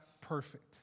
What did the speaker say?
perfect